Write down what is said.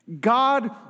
God